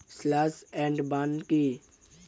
Slash and burn কি?